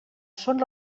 són